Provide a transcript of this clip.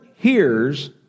hears